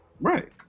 right